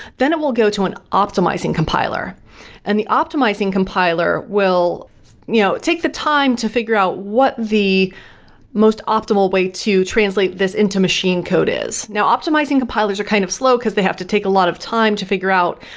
then it will go to an optimizing compiler and the optimizing compiler will you know, take the time to figure out what the most optimal way to translate this into machine code is now, optimizing compilers are kind of slow because they have to take a lot of time to figure out,